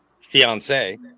fiance